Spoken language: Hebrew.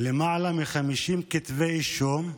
למעלה מ-50 כתבי אישום,